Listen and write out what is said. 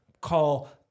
call